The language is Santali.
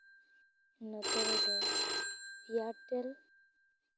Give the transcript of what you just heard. ᱱᱚᱛᱮ ᱨᱮᱫᱚ ᱮᱭᱟᱨᱴᱮᱞ